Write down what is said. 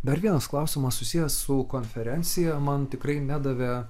dar vienas klausimas susijęs su konferencija man tikrai nedavė